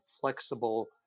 flexible